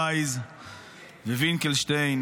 רייז ווינקלשטיין,